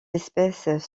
espèces